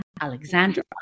Alexandra